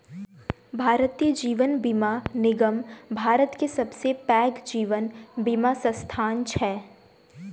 भारतीय जीवन बीमा निगम भारत के सबसे पैघ जीवन बीमा संस्थान छै